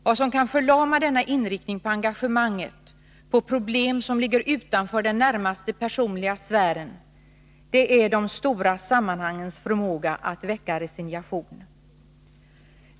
Vad som kan förlama denna inriktning på engagemanget när det gäller problem som ligger utanför den närmaste personliga sfären är de stora sammanhangens förmåga att väcka resignation.